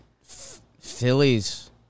Phillies